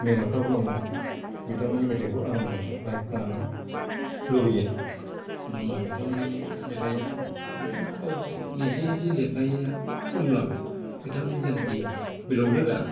मेनखा ब्रह्म बिथांमोननि मेथाइखौ आङो लाइभ खोनानो लुबैयो आरो मा बिथांमोननि मेथाइआ बिथांमोना गावबागाव निजे निजे लिरनाया खमब्लाबो बिथांमोननि जायनाकि मिलौदो गारां